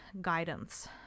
guidance